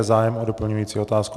Je zájem o doplňující otázku?